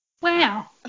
Wow